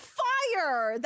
fire